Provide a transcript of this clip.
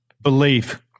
belief